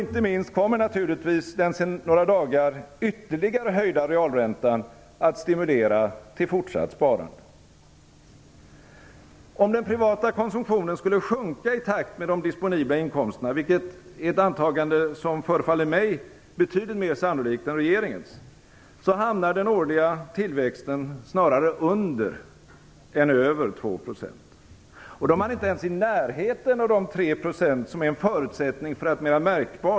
Inte minst kommer naturligtvis den sedan några dagar ytterligare höjda realräntan att stimulera till fortsatt sparande.